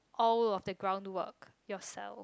all of the ground work yourself